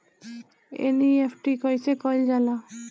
NEFT कइसे कइल जाला?